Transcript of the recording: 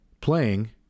playing